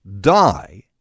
die